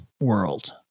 world